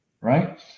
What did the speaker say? right